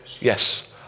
yes